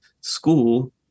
school